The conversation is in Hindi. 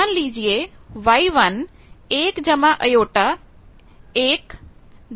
मान लीजिए Y1 1 j 147 के बराबर है